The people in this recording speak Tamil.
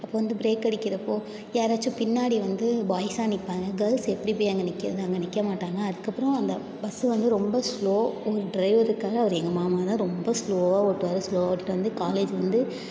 அப்போ வந்து ப்ரேக் அடிக்கிறப்போது யாராச்சும் பின்னாடி வந்து பாய்ஸாக நிற்பாங்க கேர்ள்ஸ் எப்படி போய் அங்கே நிற்கிறது அங்கே நிற்கமாட்டாங்க அதுக்கப்புறம் அந்த பஸ்ஸு வந்து ரொம்ப ஸ்லோ ஒரு ட்ரைவரு இருக்காக அவர் எங்கள் மாமா தான் ரொம்ப ஸ்லோவாக ஓட்டுவார் ஸ்லோவாக ஓட்டிகிட்டு வந்து காலேஜ் வந்து